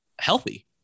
healthy